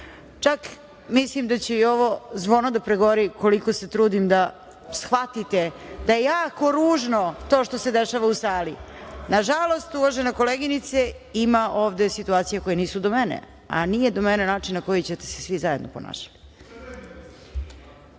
Čak mislim da će i ovo zvono da pregori koliko se trudim da shvatite da je jako ružno to što se dešava u sali. Nažalost, uvažena koleginice, ima ovde situacija koje nisu do mene, a nije do mene način na koji ćete se svi zajedno ponašati. Reč